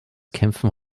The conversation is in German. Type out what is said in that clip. kämpfen